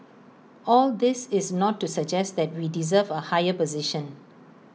all this is not to suggest that we deserve A higher position